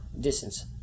Distance